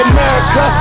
America